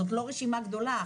זאת לא רשימה גדולה,